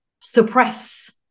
suppress